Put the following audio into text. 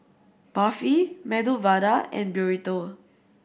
Barfi Medu Vada and Burrito